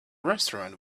restaurant